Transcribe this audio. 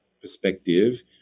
perspective